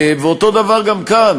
אותו דבר גם כאן.